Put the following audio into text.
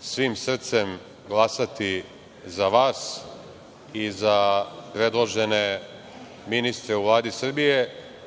svim srcem glasati za vas i za predložene ministre u Vladi Srbije.